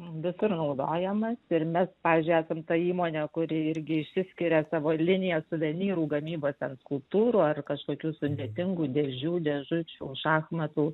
visur naudojamas ir mes pavyzdžiui esam ta įmonė kuri irgi išsiskiria savo linija suvenyrų gamybos ten skulptūrų ar kažkokių sudėtingų dėžių dėžučių šachmatų